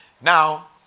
Now